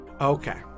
Okay